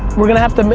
we're gonna have to,